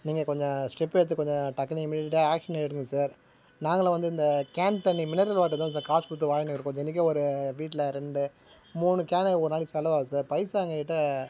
நீங்கள் கொஞ்சம் ஸ்டெப் எடுத்து கொஞ்சம் டக்குன்னு இமிடியட்டாக ஆக்ஷன் எடுங்கள் சார் நாங்களும் வந்து இந்த கேன் தண்ணி மினரல் வாட்டர் தான் சார் காசு கொடுத்து வாங்கினு இருக்கோம் தினக்கும் ஒரு வீட்டில் ரெண்டு மூணு கேனு ஒரு நாளைக்கு செலவாகுது சார் பைசா எங்கள் கிட்டே